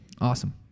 awesome